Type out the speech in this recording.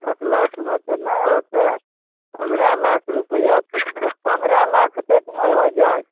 पॉँच लाखमे तऽ नहि होतै पंद्रह लाख रुपैआ पन्द्रह लाख तैकमे होइ जायत